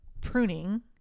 pruning